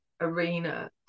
arena